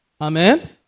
Amen